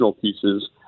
pieces